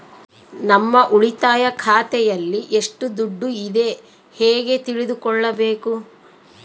ನಮ್ಮ ಉಳಿತಾಯ ಖಾತೆಯಲ್ಲಿ ಎಷ್ಟು ದುಡ್ಡು ಇದೆ ಹೇಗೆ ತಿಳಿದುಕೊಳ್ಳಬೇಕು?